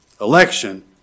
Election